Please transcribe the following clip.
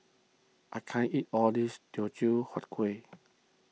I can't eat all of this Teochew Huat Kueh